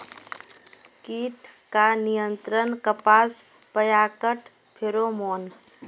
कीट का नियंत्रण कपास पयाकत फेरोमोन?